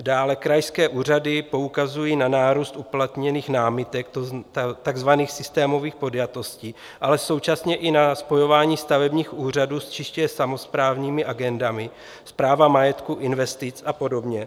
Dále krajské úřady poukazují na nárůst uplatněných námitek, takzvaných systémových podjatostí, ale současně i na spojování stavebních úřadů s čistě samosprávnými agendami správa majetku, investic a podobně.